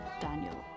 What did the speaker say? Daniel